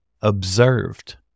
observed